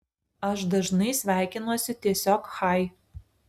aš dažnai sveikinuosi tiesiog chai